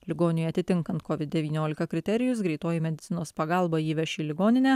ligoniui atitinkant covid devyniolika kriterijus greitoji medicinos pagalba jį veš į ligoninę